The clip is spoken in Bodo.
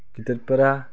गिदिरफोरा